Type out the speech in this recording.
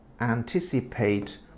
anticipate